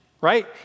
right